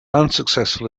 unsuccessful